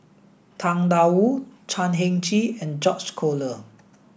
Tang Da Wu Chan Heng Chee and George Collyer